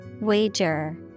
Wager